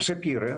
בשפירא,